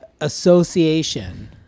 association